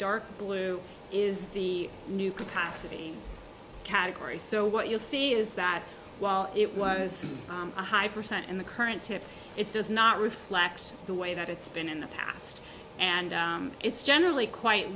dark blue is the new capacity category so what you'll see is that while it was a high percent in the current tip it does not reflect the way that it's been in the past and it's generally quite